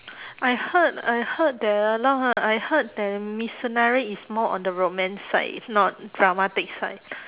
I heard I heard that ah now I heard that mitsunari is more on the romance side if not dramatic side